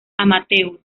amateur